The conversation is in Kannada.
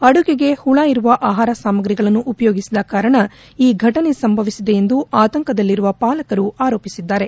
ಅಡುಗೆಗೆ ಹುಳ ಇರುವ ಆಹಾರ ಸಾಮಗ್ರಿಗಳನ್ನು ಉಪಯೋಗಿಸಿದ ಕಾರಣ ಈ ಘಟನೆ ಸಂಭವಿಸಿದೆ ಎಂದು ಆತಂಕದಲ್ಲಿರುವ ಪಾಲಕರು ಆರೋಪಿಸಿದ್ದಾರೆ